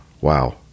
wow